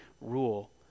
rule